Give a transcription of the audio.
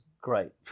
great